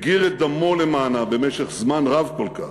הגיר את דמו למענה במשך זמן רב כל כך,